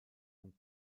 vom